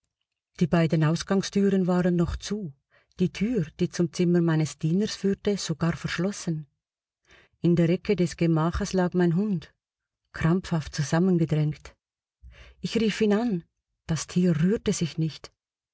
die beiden ausgangstüren waren noch zu die tür die zum zimmer meines dieners führte sogar verschlossen in der ecke des gemaches lag mein hund krampfhaft zusammengedrängt ich rief ihn an das tier rührte sich nicht